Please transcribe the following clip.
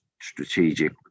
strategic